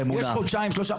יש חודשיים שלושה.